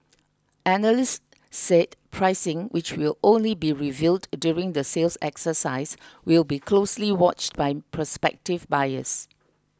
analysts said pricing which will only be revealed during the sales exercise will be closely watched by prospective buyers